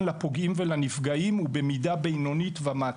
לפוגעים ולנפגעים הוא במידה בינונית ומטה.